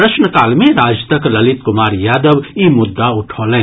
प्रश्नकाल मे राजदक ललित कुमार यादव ई मुद्दा उठौलनि